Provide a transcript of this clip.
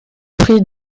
pris